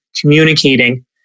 communicating